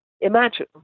imagine